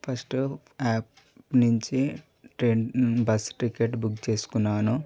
first app నుంచి train bus ticket book చేసుకున్నాను